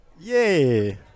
Yay